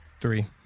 Three